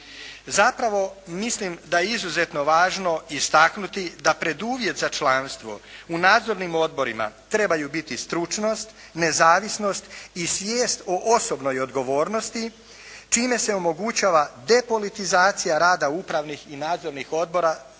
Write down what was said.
Zapravo, mislim da je izuzetno važno istaknuti da preduvjet za članstvo u nadzornim odborima trebaju biti stručnost, nezavisnost i svijest o osobnoj odgovornosti čime se omogućava depolitizacija rada upravnih i nadzornih odbora,